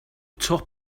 top